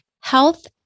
health